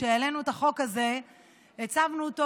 כשהעלינו את החוק הזה הקצבנו אותו,